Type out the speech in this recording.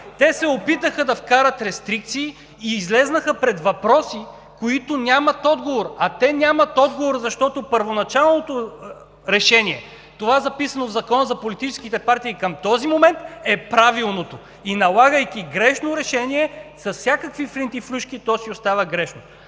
Те се опитаха да вкарат рестрикции и излязоха ред въпроси, които нямат отговор. А те нямат отговор, защото първоначалното решение – това е записано в Закона за политическите партии, към този момент е правилното, и налагайки грешно решение със всякакви финтифлюшки, то си остава грешно.